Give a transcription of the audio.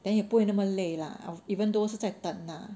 then 也不会那么累 lah even though 是在等 ah